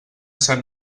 sant